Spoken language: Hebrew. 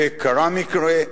וקרה מקרה,